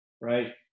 Right